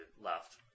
left